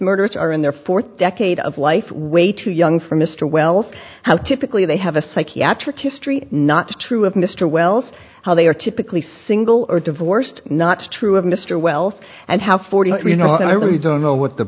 murders are in their fourth decade of life way too young for mr wells how typically they have a psychiatric history not true of mr wells how they are typically single or divorced not true of mr wells and how forty you know i really don't know what the